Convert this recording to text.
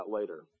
later